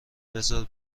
بزار